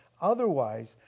otherwise